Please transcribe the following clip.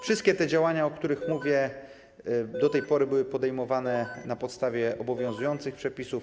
Wszystkie działania, o których mówię, do tej pory były podejmowane na podstawie obowiązujących przepisów.